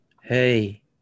hey